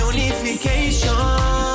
Unification